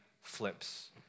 flips